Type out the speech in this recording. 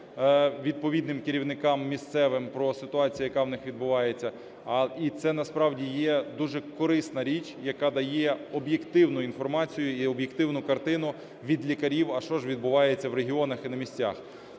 відповідним керівникам місцевим про ситуацію, яка в них відбувається. І це насправді є дуже корисна річ, яка дає об'єктивну інформацію і об'єктивну картину від лікарів, а що ж відбувається в регіонах і на місцях.